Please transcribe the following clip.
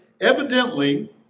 evidently